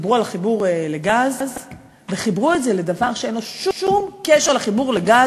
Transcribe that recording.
דיברו על החיבור לגז וחיברו את זה לדבר שאין לו שום קשר לחיבור לגז,